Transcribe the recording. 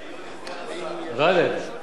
גאלב, גאלב, גאלב,